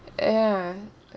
uh ya